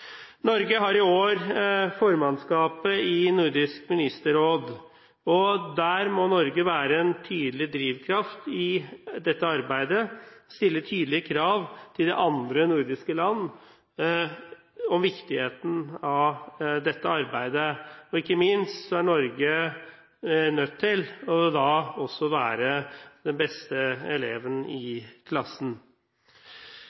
Norge har i år formannskapet i Nordisk ministerråd. Der må Norge være en tydelig drivkraft i dette arbeidet, stille tydelige krav til andre nordiske land om viktigheten av dette arbeidet, og ikke minst er Norge nødt til å være den beste eleven i